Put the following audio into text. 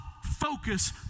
focus